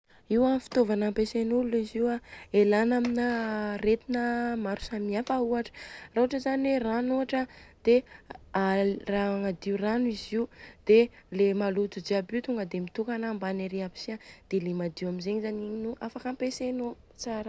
Io a fitôvana ampiasain'olona izy io a elana amina aretina maro samy hafa ohatra. Ohatra zany hoe rano ohatra an raha agnadio rano izy io dia le mazoto jiaby io tonga dia mitokana ambany ary aby si a dia le madio amzegny zany an afaka ampiasaina tsara.